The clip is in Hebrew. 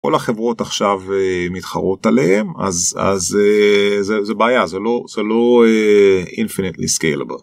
כל החברות עכשיו מתחרות עליהן, אז זה בעיה, זה לא אינפינטלי סקיילבל.